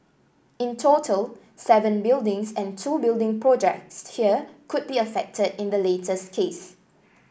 in total seven buildings and two building projects here could be affected in the latest case